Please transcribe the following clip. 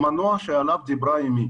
המנוע עליו דיברה אמי.